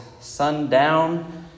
sundown